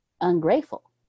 ungrateful